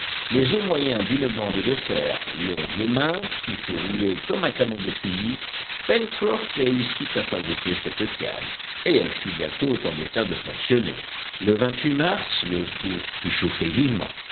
mais au moyen d'une bande de fer longue et mince qui fut roulée comme un canon de fusil pencroff réussit à fabriquer cette canne et elle fut bientôt en état de fonctionner le mars le four fut chauffé vivement